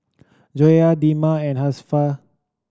Joyah Damia and Hafsa